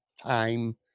time